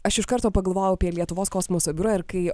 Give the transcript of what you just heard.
aš iš karto pagalvojau apie lietuvos kosmoso biurą ir kai